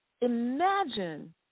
imagine